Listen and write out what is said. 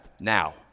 now